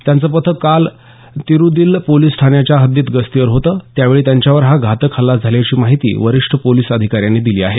त्याचं पथक काल तिरुलदीह पोलिस ठाण्याच्या हद्दीत गस्तीवर होतं त्यावेळी त्यांच्यावर हा घातक हल्ला झाल्याची माहिती वरिष्ठ पोलिस अधिकाऱ्यांनी दिली आहे